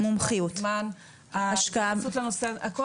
כמה זמן ההתייחסות לנושא -- השקעה.